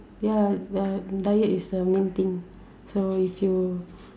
ya uh diet is the main thing so if you